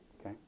Okay